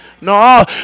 No